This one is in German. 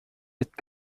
jetzt